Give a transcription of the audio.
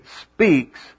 speaks